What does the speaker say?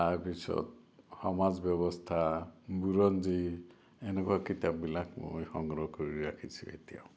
তাৰ পিছত সমাজ ব্যৱস্থা বুৰঞ্জী এনেকুৱা কিতাপবিলাক মই সংগ্ৰহ কৰি ৰাখিছোঁ এতিয়াও